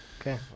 Okay